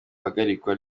hagarikwa